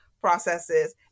processes